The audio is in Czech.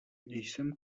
jsem